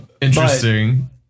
Interesting